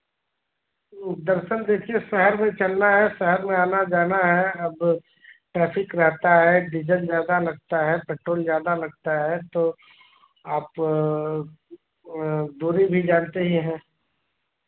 वह दर्शन देखिए शहर में चलना है शहर में आना जाना है अब ट्रैफिक रहता है डीजल ज़्यादा लगता है पेट्रोल ज़्यादा लगता है तो आप दूरी भी जानते ही हैं